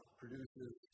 produces